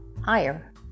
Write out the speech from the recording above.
higher